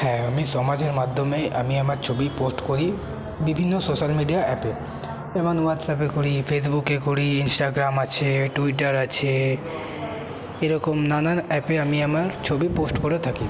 হ্যাঁ আমি সমাজের মাধ্যমে আমি আমার ছবি পোস্ট করি বিভিন্ন সোশ্যাল মিডিয়া অ্যাপে যেমন হোয়াটসঅ্যাপে করি ফেসবুকে করি ইন্সটাগ্রাম আছে ট্যুইটার আছে এরকম নানান অ্যাপে আমি আমার ছবি পোস্ট করে থাকি